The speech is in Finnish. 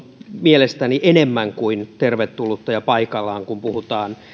mielestäni enemmän kuin tervetullutta ja paikallaan kun puhutaan